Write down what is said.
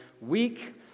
week